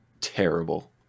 terrible